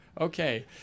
Okay